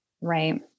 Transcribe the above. Right